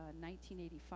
1985